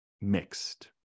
mixed